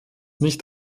nicht